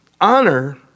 Honor